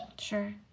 Sure